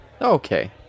Okay